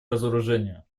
разоружения